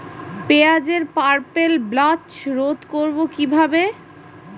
পেঁয়াজের purple blotch রোধ করবো কিভাবে?